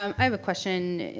um have a question